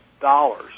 dollars